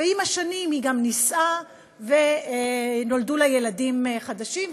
ועם השנים היא גם נישאה ונולדו לה ילדים חדשים,